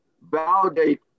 validate